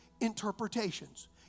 interpretations